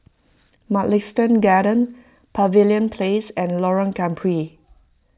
Mugliston Gardens Pavilion Place and Lorong Gambir